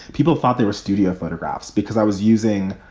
people thought they were studio photographs because i was using